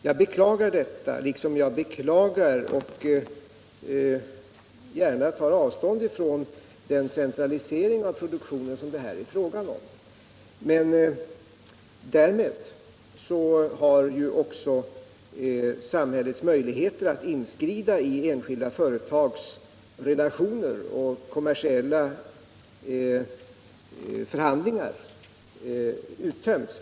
Jag beklagar detta, liksom jag beklagar och gärna tar avstånd från den centralisering av produktionen som det här är fråga om. Men därmed har också samhällets möjligheter att inskrida i enskilda företags relationer och kommersiella förhandlingar uttömts.